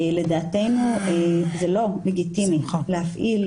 לדעתנו זה לא לגיטימי להפעיל,